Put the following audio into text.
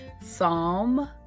Psalm